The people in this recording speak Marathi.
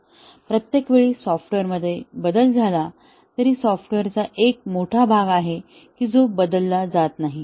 तर प्रत्येक वेळी सॉफ्टवेअरमध्ये बदल झाला तरी सॉफ्टवेअरचा एक मोठा भाग आहे जो बदलला जात नाही